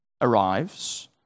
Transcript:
arrives